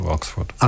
Oxford